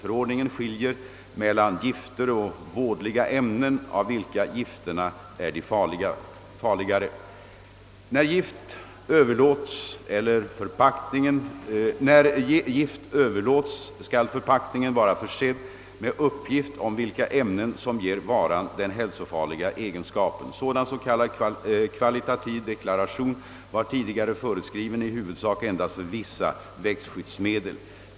Förordningen skiljer mellan gifter och vådliga ämnen av vilka gifterna är de farligare. När gift överlåts, skall förpackningen vara försedd med uppgift om vilka ämnen som ger varan den hälsofarliga egenskapen. Sådan s.k. kvalitativ deklaration var tidigare föreskriven i huvudsak endast för vissa växtskyddsmedel.